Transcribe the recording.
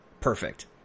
perfect